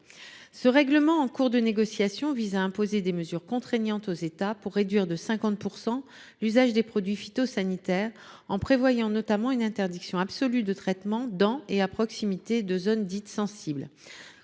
Ce règlement, en cours de négociation, vise à imposer des mesures contraignantes aux États pour réduire de 50 % l’usage des produits phytosanitaires, en prévoyant notamment une interdiction absolue de traitement dans et à proximité de zones dites sensibles.